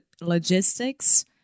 logistics